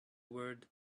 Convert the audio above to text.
word